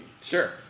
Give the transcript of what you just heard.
Sure